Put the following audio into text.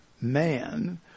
man